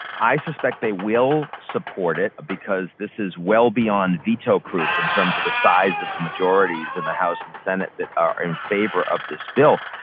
i suspect they will support it, because this is well beyond veto-proof in terms of the size of the majorities in the house and senate that are in favor of this bill.